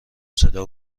صدا